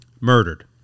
murdered